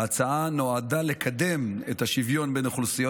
ההצעה נועדה לקדם את השוויון בין אוכלוסיות